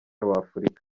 w’afurika